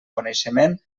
coneixement